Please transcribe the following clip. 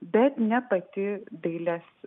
bet ne pati dailės